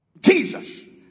jesus